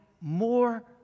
more